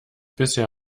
bisher